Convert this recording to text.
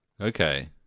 Okay